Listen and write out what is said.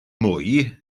mwy